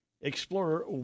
Explorer